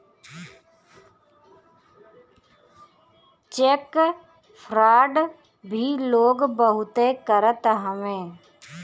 check fraud भी लोग बहुते करत हवे